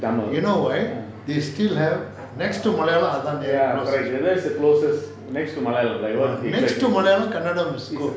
you know why they still have next to malayalam close next to அதுதான்:athuthan is close